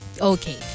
Okay